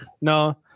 No